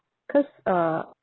cause uh